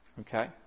Okay